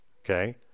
okay